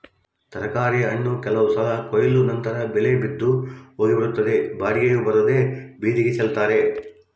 ತರಕಾರಿ ಹಣ್ಣು ಕೆಲವು ಸಲ ಕೊಯ್ಲು ನಂತರ ಬೆಲೆ ಬಿದ್ದು ಹೋಗಿಬಿಡುತ್ತದೆ ಬಾಡಿಗೆಯೂ ಬರದೇ ಬೀದಿಗೆ ಚೆಲ್ತಾರೆ